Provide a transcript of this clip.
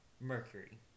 Mercury